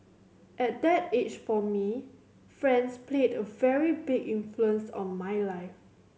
at that age for me friends played a very big influence on my life